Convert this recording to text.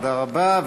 תודה רבה.